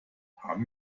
haben